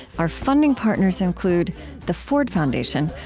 our funding partners include the ford foundation,